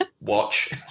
watch